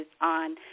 on